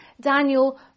Daniel